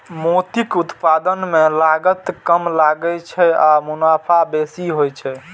मोतीक उत्पादन मे लागत कम लागै छै आ मुनाफा बेसी होइ छै